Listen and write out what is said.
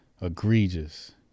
Egregious